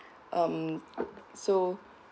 um so